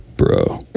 bro